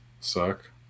suck